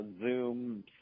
Zoom